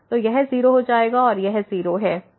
तो यह 0 हो जाएगा और यह 0 है